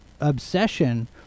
obsession